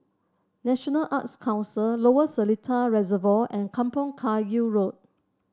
National Arts Council Lower Seletar Reservoir and Kampong Kayu Road